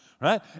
right